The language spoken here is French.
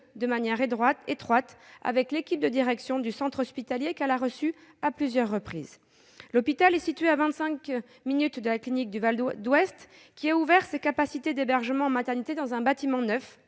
de manière étroite avec l'équipe de direction du centre hospitalier qu'elle a reçue à plusieurs reprises. L'hôpital de L'Arbresle est situé à vingt-cinq minutes de la clinique du Val d'Ouest, qui a ouvert des capacités d'hébergement en maternité dans un bâtiment neuf